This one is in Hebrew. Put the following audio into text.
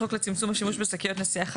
במקום "קמעונאי גדול" יבוא "עוסק"